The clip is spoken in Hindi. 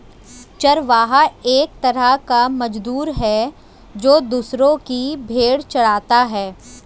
चरवाहा एक तरह का मजदूर है, जो दूसरो की भेंड़ चराता है